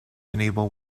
enable